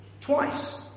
Twice